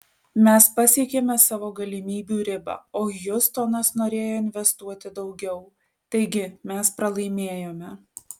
mes pasiekėme savo galimybių ribą o hjustonas norėjo investuoti daugiau taigi mes pralaimėjome